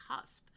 cusp